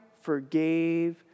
forgave